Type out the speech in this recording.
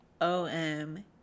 OM